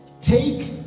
take